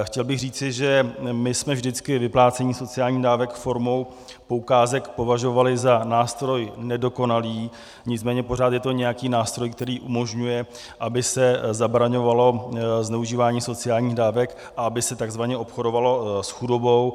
Chtěl bych říci, že my jsme vždycky vyplácení sociálních dávek formou poukázek považovali za nástroj nedokonalý, nicméně pořád je to nějaký nástroj, který umožňuje, aby se zabraňovalo zneužívání sociálních dávek a aby se takzvaně obchodovalo s chudobou.